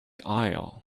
aisle